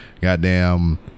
Goddamn